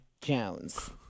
Jones